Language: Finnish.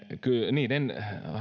niiden